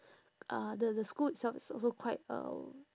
uh the the school itself is also quite um